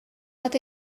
bat